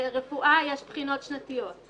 ברפואה יש בחינות שנתיות,